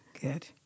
Good